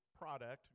product